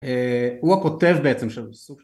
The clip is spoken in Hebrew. הוא הכותב בעצם של...